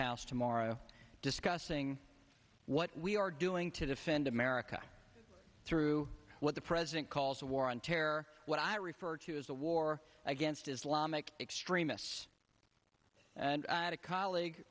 house tomorrow discussing what we are doing to defend america through what the president calls a war on terror what i refer to as a war against islamic extremists and i had a colleague